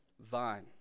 vine